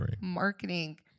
marketing